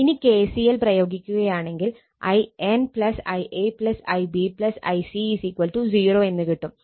ഇനി KCL പ്രയോഗിക്കുകയാണെങ്കിൽ In Ia Ib Ic 0 എന്ന് കിട്ടും